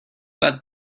but